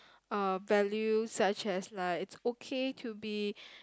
uh value such as like it's okay to be